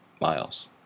miles